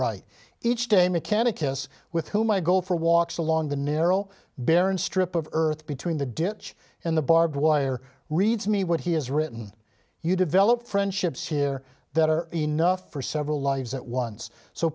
right each day mechanic this with whom i go for walks along the narrow barren strip of earth between the ditch and the barbed wire read to me what he has written you develop friendships here that are enough for several lives at once so